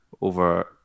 over